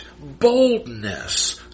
boldness